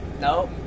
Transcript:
No